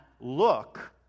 look